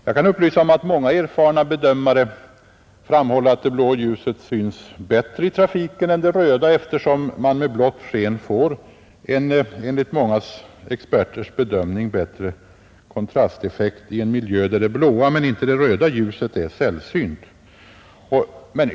Jag kan upplysa om att många erfarna bedömare anser att det blå ljuset syns bättre i trafiken än det röda, eftersom man med blått sken får en enligt många experters mening bättre kontrasteffekt i en miljö där det blåa men väl inte det röda ljuset är sällsynt.